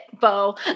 Bo